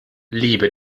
liebe